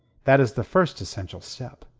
that is the first essential step.